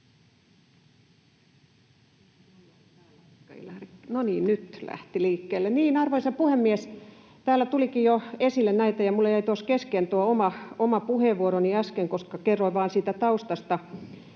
Arvoisa puhemies! Täällä tulikin jo esille näitä, ja minulla jäi kesken oma puheenvuoroni äsken, koska kerroin vain siitä taustasta.